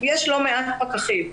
יש לא מעט פקחים.